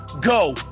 go